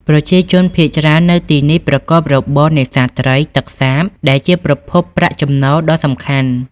ប្រជាជនភាគច្រើននៅទីនេះប្រកបរបរនេសាទត្រីទឹកសាបដែលជាប្រភពប្រាក់ចំណូលដ៏សំខាន់។